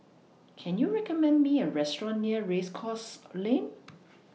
Can YOU recommend Me A Restaurant near Race Course Lane